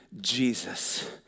Jesus